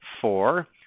Four